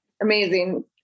Amazing